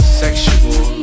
sexual